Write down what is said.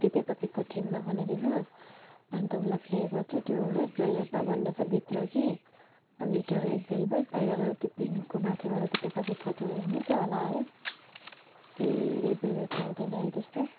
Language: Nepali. त्यो पेपा पिगको थिममा बनाइदिनोस् अन्त उसलाई फ्लेबर चाहिँ त्यो रेड भेल्भेटमा भन्दैछ भित्र कि भित्रबाट रेड भेल्भेट बाहिरबाट त्यो पिङ्कको माथिबाट पेपा पिगको त्यो मिल्छ होला है ए रेड भेल्भेटमा हुँदैन है त्यस्तो